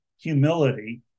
humility